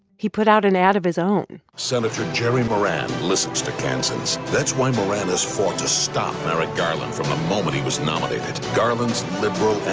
he put out an ad of his own senator jerry moran listens kansans. that's why moran has fought to stop merrick garland from the moment he was nominated. garland's liberal,